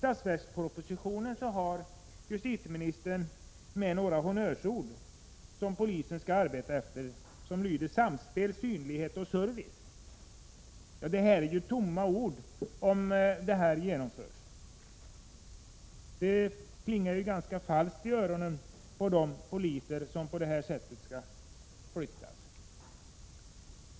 83 I budgetpropositionen har justitieministern med några honnörsord som polisen skall arbeta efter: samspel, synlighet och service. Detta blir tomma ord om förslaget genomförs. De klingar falskt i öronen på de poliser som skall flyttas på detta sätt.